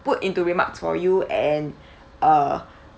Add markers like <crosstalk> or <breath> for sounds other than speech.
put into remarks for you and <breath> uh